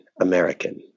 American